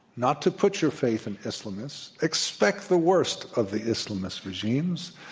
not to put your faith in islamists. expect theworst of the islamist regimes.